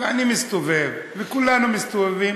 ואני מסתובב וכולנו מסתובבים,